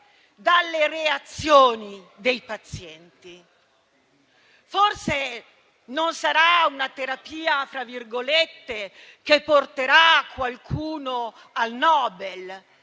dalle reazioni dei pazienti. Forse non sarà una "terapia" che porterà qualcuno al Nobel,